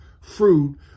fruit